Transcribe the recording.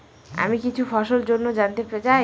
আমি কিছু ফসল জন্য জানতে চাই